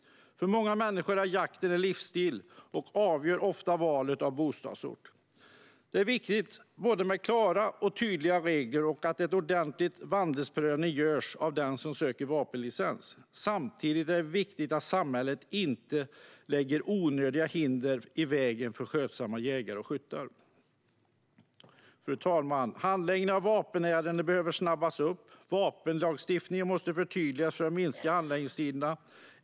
För många människor är jakten en livsstil och avgör ofta valet av bostadsort. Det är viktigt att ha både klara och tydliga regler och att göra en ordentlig vandelsprövning av dem som söker vapenlicens. Samtidigt är det viktigt att samhället inte lägger onödiga hinder i vägen för skötsamma jägare och skyttar. Fru talman! Handläggningen av vapenärenden behöver snabbas upp, och vapenlagstiftningen måste förtydligas för att minska handläggningstiderna.